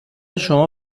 شما